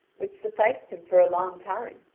which sufficed him for a long time,